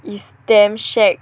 is damn shag